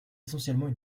essentiellement